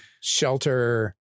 shelter